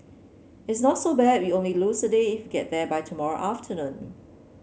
it's not so bad we only lose a day get there by tomorrow afternoon